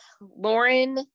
Lauren